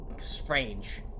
strange